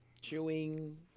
Chewing